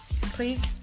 Please